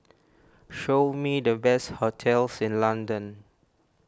show me the best hotels in London